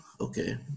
okay